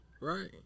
right